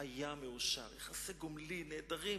היה מאושר." יחסי גומלין נהדרים.